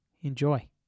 enjoy